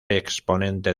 exponente